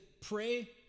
pray